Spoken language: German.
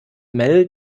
mel